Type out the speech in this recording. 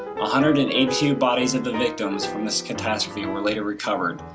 ah hundred and eighty bodies of the victims from this catastrophe were later recovered.